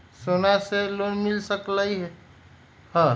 सोना से लोन मिल सकलई ह?